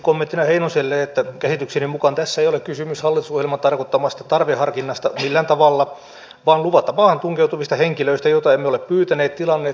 kommenttina heinoselle että käsitykseni mukaan tässä ei ole kysymys hallitusohjelman tarkoittamasta tarveharkinnasta millään tavalla vaan luvatta maahan tunkeutuvista henkilöistä joita emme ole pyytäneet tilanneet saatikka valinneet